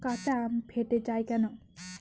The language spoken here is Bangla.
কাঁচা আম ফেটে য়ায় কেন?